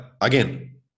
again